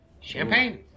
Champagne